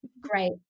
great